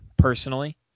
Personally